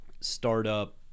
startup